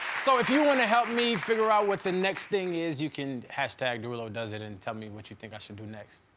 so if you wanna help me figure out what the next thing is, you can hashtag derulodoesit and tell me what you think i should do next.